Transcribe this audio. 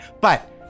But-